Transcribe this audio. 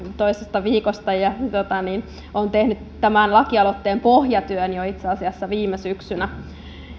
toisesta viikosta ja on tehnyt tämän lakialoitteen pohjatyön itse asiassa jo viime syksynä